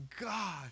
God